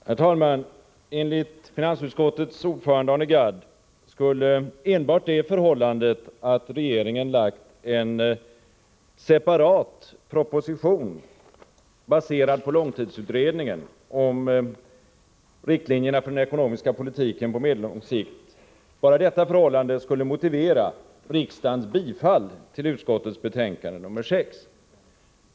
Herr talman! Enligt finansutskottets ordförande Arne Gadd skulle enbart det förhållandet att regeringen lagt fram en separat proposition, baserad på långtidsutredningen, om riktlinjerna för den ekonomiska politiken på medellång sikt, motivera riksdagens bifall till hemställan i utskottets 29 politiken på medellång sikt betänkande nr 6.